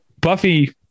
Buffy